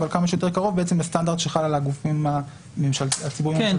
אבל כמה שיותר קרוב לסטנדרט שחל על הגופים הציבוריים והממשלתיים.